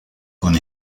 con